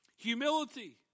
Humility